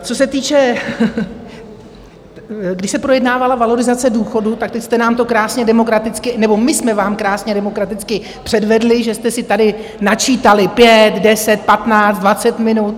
Co se týče, když se projednávala valorizace důchodů, tak teď jste nám to krásně demokraticky, nebo my jsem vám krásně demokraticky předvedli, že jste si tady načítali 5, 10, 15, 20 minut.